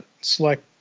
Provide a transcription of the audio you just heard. select